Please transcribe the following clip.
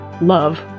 love